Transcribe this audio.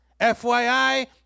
FYI